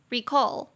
Recall